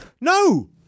No